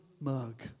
mug